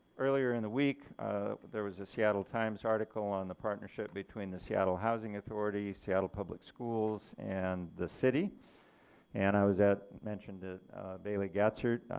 earlier in the week there was a seattle times article on the partnership between the seattle housing authority, seattle public schools and the city and i was at, i mentioned that bailey gatzert.